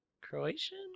Croatian